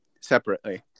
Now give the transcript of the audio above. separately